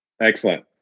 Excellent